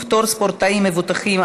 פטור ספורטאים מבוטחים),